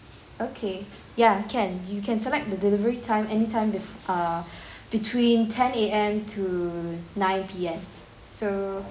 okay ya can you can select the delivery time anytime with err between ten A_M to nine P_M so